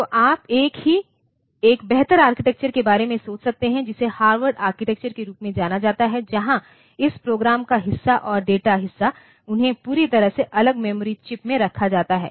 तो आप एक बेहतर आर्किटेक्चर के बारे में सोच सकते हैं जिसे हार्वर्ड आर्किटेक्चर के रूप में जाना जाता है जहां इस प्रोग्राम का हिस्सा और डेटा हिस्सा उन्हें पूरी तरह से अलग मेमोरी चिप्स में रखा जाता है